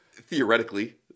Theoretically